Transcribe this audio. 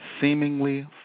seemingly